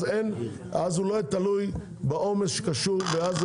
אז הוא לא יהיה תלוי בעומס הכללי.